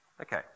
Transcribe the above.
Okay